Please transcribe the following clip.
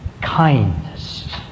kindness